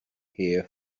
here